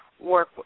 work